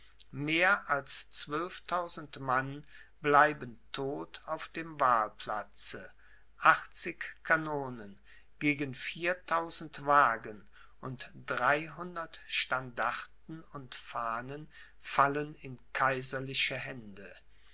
mehr als zwölftausend mann bleiben todt auf dem wahlplatze achtzig kanonen gegen viertausend wagen und dreihundert standarten und fahnen fallen in kaiserliche hände